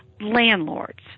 Landlords